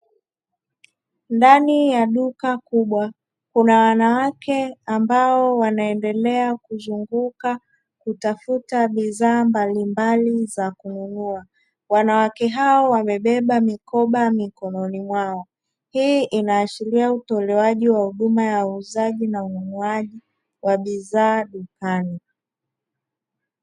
Ndani ya duka kubwa kuna wanawake ambao wanaendelea kuzunguka kutafuta bidhaa mbalimbali za kununua. Wanawake hao wamebeba mikoba mikononi mwao, hii inaashiria utolewaji wa huduma ya uuzaji na ununuaji wa bidhaa dukani.